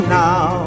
now